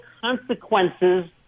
consequences